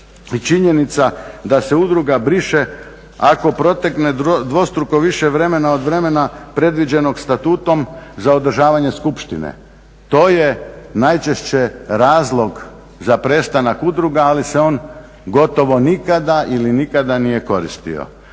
činjenica da se udruga briše ako protekne dvostruko više vremena od vremena predviđenog statutom za održavanje skupštine. To je najčešće razlog za prestanak udruga ali se on gotovo nikada ili nikada nije koristio.